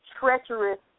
treacherous